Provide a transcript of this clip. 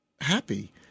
happy